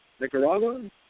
Nicaragua